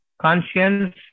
conscience